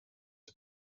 the